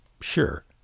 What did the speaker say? Sure